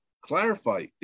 clarify